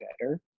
better